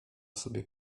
sobie